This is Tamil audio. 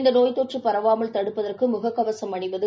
இந்த நோய் தொற்று பரவாமல் தடுப்பதற்கு முகக் கவசம் அணிவது